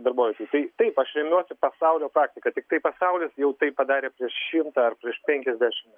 darbovietėj tai taip aš remiuosi pasaulio praktika tiktai pasaulis jau tai padarė prieš šimtą ar prieš penkiasdešim